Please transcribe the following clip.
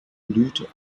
blüte